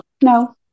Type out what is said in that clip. no